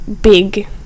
big